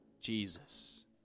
Jesus